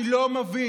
אני לא מבין.